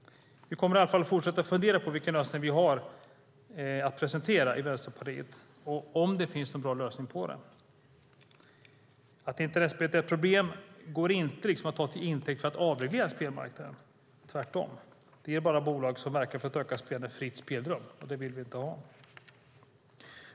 Vänsterpartiet kommer att fortsätta fundera på om det finns någon bra lösning och i så fall presentera den. Att internetspelandet är ett problem går inte att ta till intäkt för att avreglera spelmarknaden, tvärtom. Det ger bara de bolag som verkar för ökat spelande fritt spelrum, och det vill vi inte ha.